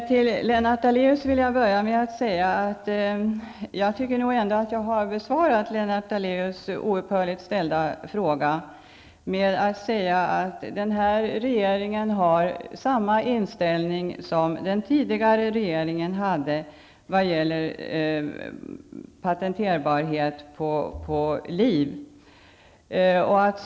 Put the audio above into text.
Herr talman! Jag vill börja med att säga till Lennart Daléus att jag ändå tycker att jag har besvarat hans oupphörligt ställda fråga genom att framhålla att regeringen har samma inställning som den tidigare i vad gäller patenterbarhet beträffande liv.